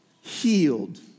healed